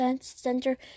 Center